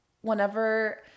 whenever